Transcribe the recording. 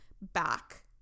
back